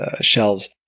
shelves